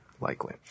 Likely